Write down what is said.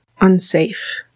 unsafe